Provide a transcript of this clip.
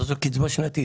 אבל זאת קצבה שנתית,